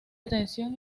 atención